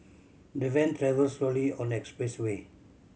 the van travelled slowly on the expressway